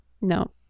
No